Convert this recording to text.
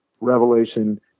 Revelation